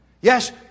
Yes